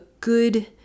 good